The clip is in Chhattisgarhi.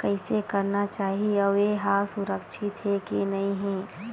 कइसे करना चाही अउ ये हा सुरक्षित हे के नई हे?